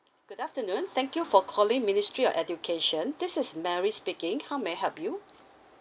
good afternoon thank you for calling ministry of education this is Mary speaking how may I help you